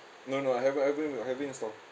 no no I haven't haven't haven't install